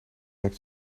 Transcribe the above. hebt